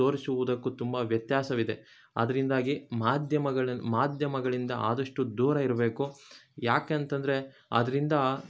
ತೋರಿಸುವುದಕ್ಕೂ ತುಂಬ ವ್ಯತ್ಯಾಸವಿದೆ ಅದರಿಂದಾಗಿ ಮಾಧ್ಯಮಗಳ ಮಾಧ್ಯಮಗಳಿಂದ ಆದಷ್ಟು ದೂರ ಇರಬೇಕು ಯಾಕೆ ಅಂತಂದರೆ ಅದರಿಂದ